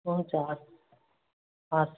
हुन्छ हवस् हवस्